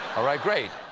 right, great.